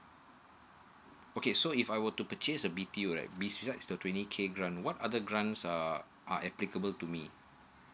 okay so if I were to purchase a b t o right besides the twenty k grant what other grants uh are applicable to me